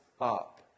up